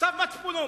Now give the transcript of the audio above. צו מצפונו.